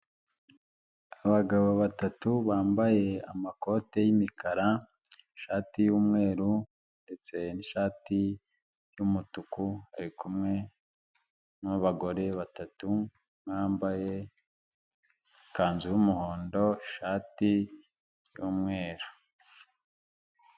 Abagabo batatu bambaye amakoti y'imikara ishati y'umweru ndetse n'ishati y'umutuku, arikumwe n'abagore batatu bambaye ikanzu y'umuhondo n'ishati y'umweru.